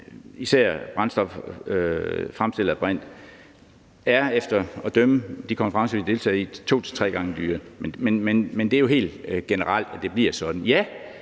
især brændstof fremstillet af brint, der efter alt at dømme ud fra de konferencer, vi har deltaget i, bliver to til tre gange dyrere. Men det er jo helt generelt, at det bliver sådan.